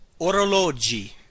orologi